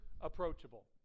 approachable